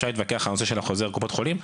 אפשר להתווכח על נושא החוזר עם קופות החולים,